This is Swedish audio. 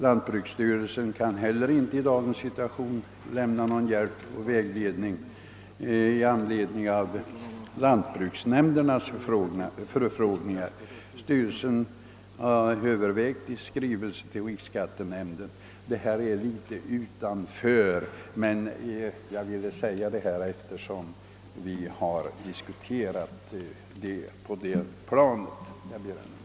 Lantbruksstyrelsen kan i dagens situation inte lämna någon hjälp och vägledning i anledning av lantbruksnämndernas förfrågningar. Styrelsen lär också ha övervägt en skrivelse i frågan till riksskattenämnden. Jag ber än en gång att få tacka för svaret.